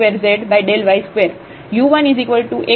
function of order 2 u2gyx Hom